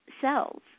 cells